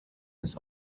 ist